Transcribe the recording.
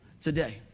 today